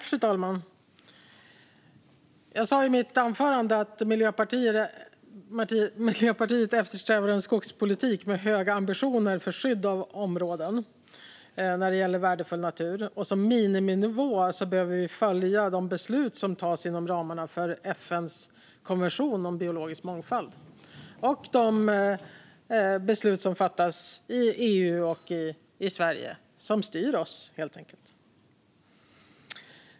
Fru talman! Jag sa i mitt anförande att Miljöpartiet eftersträvar en skogspolitik med höga ambitioner när det gäller skydd av områden med värdefull natur. Som miniminivå behöver vi följa de beslut som tas inom ramen för FN:s konvention om biologisk mångfald och de beslut som fattas i EU och i Sverige som styr oss, helt enkelt.